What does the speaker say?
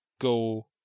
go